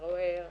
ערוער,